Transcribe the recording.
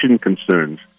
concerns